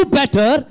better